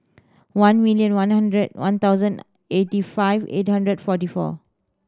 one million one hundred one thousand eighty five eight hundred forty four